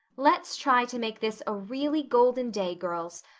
let's try to make this a really golden day, girls,